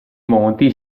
monti